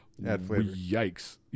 Yikes